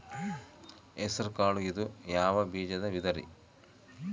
ಹೆಸರುಕಾಳು ಇದು ಯಾವ ಬೇಜದ ವಿಧರಿ?